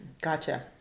gotcha